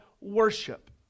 worship